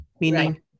meaning